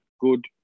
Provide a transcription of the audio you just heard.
good